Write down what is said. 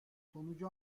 sonucu